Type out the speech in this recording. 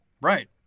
Right